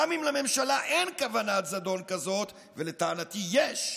גם אם לממשלה אין כוונת זדון כזאת" ולטענתי יש,